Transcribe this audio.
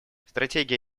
стратегия